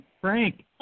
Frank